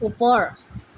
ওপৰ